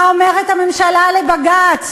מה אומרת הממשלה לבג"ץ?